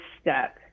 step